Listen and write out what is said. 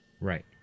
right